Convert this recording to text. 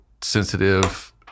sensitive